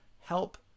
help